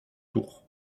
tour